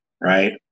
right